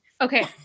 Okay